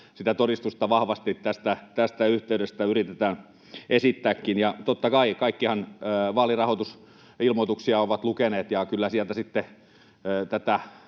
todistusta vahvasti tästä yhteydestä yritetään esittääkin. Ja totta kai, kaikkihan vaalirahoitusilmoituksia ovat lukeneet, ja kyllä sieltä tätä